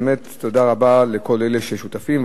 באמת תודה רבה לכל אלה ששותפים,